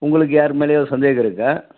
உங்களுக்கு யார் மேலேயாவது சந்தேகம் இருக்கா